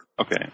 Okay